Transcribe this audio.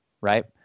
Right